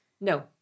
no